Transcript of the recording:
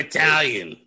Italian